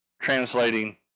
translating